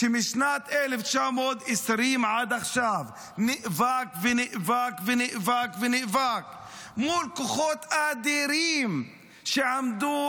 שמשנת 1920 עד עכשיו נאבק ונאבק ונאבק ונאבק מול כוחות אדירים שעמדו